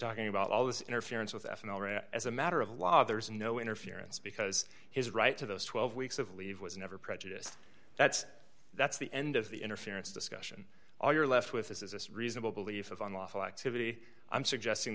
talking about all this interference with an already as a matter of law there is no interference because his right to those twelve weeks of leave was never prejudiced that's that's the end of the interference discussion all you're left with this is a reasonable belief of unlawful activity i'm suggesting